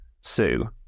sue